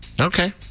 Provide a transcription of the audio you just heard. Okay